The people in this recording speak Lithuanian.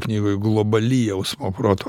knygoj globali jausmo proto